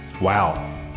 Wow